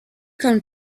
con